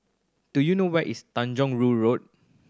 do you know where is Tanjong Rhu Road